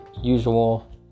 usual